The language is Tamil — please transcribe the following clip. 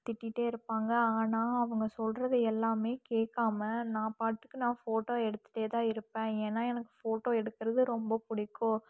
திட்டிகிட்டே இருப்பாங்க ஆனால் அவங்க சொல்கிறத எல்லாமே கேட்காம நான் பாட்டுக்கு நான் ஃபோட்டோ எடுத்துகிட்டேதான் இருப்பேன் ஏன்னா எனக்கு ஃபோட்டோ எடுக்கிறது ரொம்ப பிடிக்கும்